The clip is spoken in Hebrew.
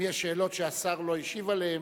אם יש שאלות שהשר לא השיב עליהן,